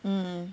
mm